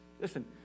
Listen